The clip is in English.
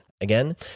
Again